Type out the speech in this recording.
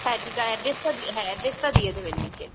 হ্যাঁ ঠিক আ অ্যাড্রেসটা হ্যাঁ অ্যাড্রেসটা দিয়ে দেবেন নিচে